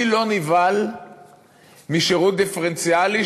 אני לא נבהל משירות דיפרנציאלי,